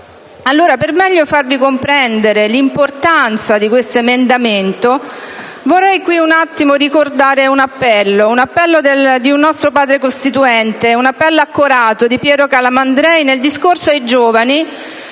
Per meglio farvi comprendere l'importanza di questo emendamento, vorrei ricordare un appello di un nostro Padre costituente: un appello accorato di Piero Calamandrei nel discorso ai giovani